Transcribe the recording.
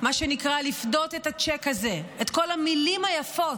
מה שנקרא, לפדות את הצ'ק הזה, את כל המילים היפות,